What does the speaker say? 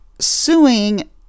suing